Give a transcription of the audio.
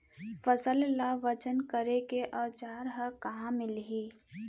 फसल ला वजन करे के औज़ार हा कहाँ मिलही?